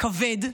כבד,